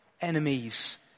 enemies